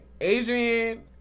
Adrian